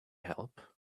help